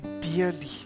dearly